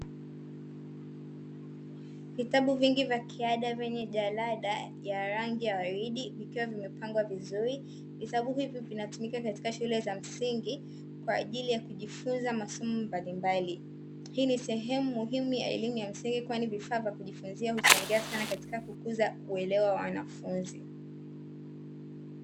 Vitabu vingi vya kiada vyenye jalada ya rangi ya waridi vikiwa vimepangwa vizuri. Vitabu hivi vinatumika katika shule za msingi kwa ajili ya kujifunza masomo mbalimbali. Hii ni sehemu muhimu ya elimu ya msingi kwani vifaa vya kujifunzia huchangia sana katika kukuza uelewa wa wanafunzi.